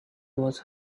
was